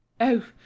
Oh